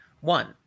One